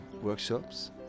workshops